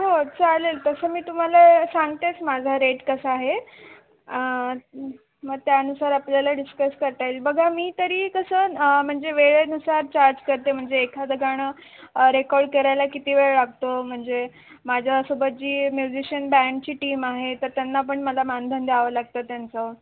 हो चालेल तसं मी तुम्हाला सांगतेच माझा रेट कसा आहे मग त्यानुसार आपल्याला डिस्कस करता येईल बघा मी तरी कसं म्हणजे वेळेनुसार चार्ज करते म्हणजे एखादं गाणं रेकॉर्ड करायला किती वेळ लागतो म्हणजे माझ्यासोबत जी म्युझिशियन बँडची टीम आहे तर त्यांना पण मला मानधन द्यावं लागतं त्यांचं